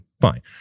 Fine